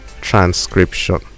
transcription